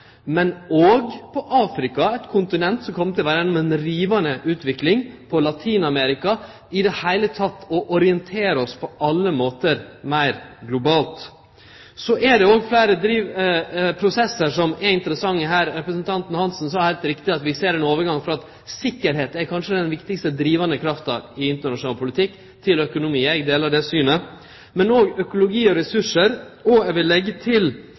men òg på Afrika, eit kontinent som kjem til å vere i ei rivande utvikling, og Latin-Amerika – i det heile å orientere oss på alle måtar meir globalt. Så er det òg fleire prosessar som er interessante her. Representanten Svein Roald Hansen sa, heilt riktig, at vi ser ein overgang frå at tryggleik kanskje er den viktigaste drivkrafta i internasjonal politikk, til økonomi. Eg deler det synet. Men òg økologi og ressursar, og eg vil leggje til